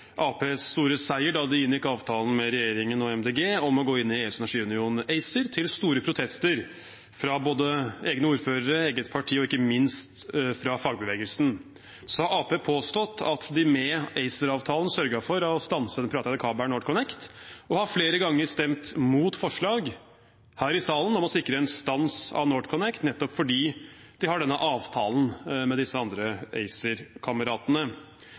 store seier da de inngikk avtalen med regjeringen og Miljøpartiet De Grønne om å gå inn i EUs energiunion, ACER, til store protester fra både egne ordførere, eget parti og ikke minst fagbevegelsen. Arbeiderpartiet har påstått at de med ACER-avtalen sørget for å stanse den privateide kabelen NorthConnect, og har flere ganger stemt imot forslag her i salen om å sikre en stans av NorthConnect, nettopp fordi de har denne avtalen med de andre